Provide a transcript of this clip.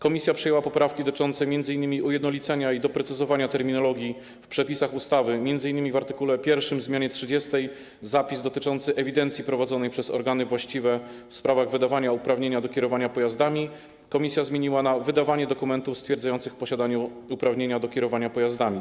Komisja przyjęła poprawki dotyczące m.in. ujednolicenia i doprecyzowania terminologii w przepisach ustawy, m.in. w art. 1 w zmianie nr 30 - zapis dotyczący ewidencji prowadzonej przez organy właściwe w sprawach wydawania uprawnienia do kierowania pojazdami komisja zmieniła na „wydawania dokumentów stwierdzających posiadanie uprawnienia do kierowania pojazdami”